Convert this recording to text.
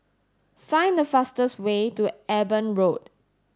find the fastest way to Eben Road